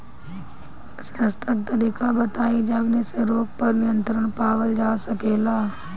सस्ता तरीका बताई जवने से रोग पर नियंत्रण पावल जा सकेला?